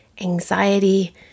anxiety